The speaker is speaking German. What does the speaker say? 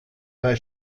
bei